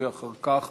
ואחר כך,